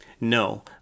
No